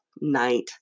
night